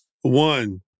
One